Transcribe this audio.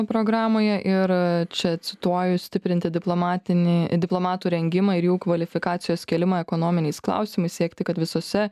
programoje ir čia cituoju stiprinti diplomatinį diplomatų rengimą ir jų kvalifikacijos kėlimą ekonominiais klausimais siekti kad visose